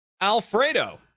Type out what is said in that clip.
alfredo